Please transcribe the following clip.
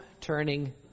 turning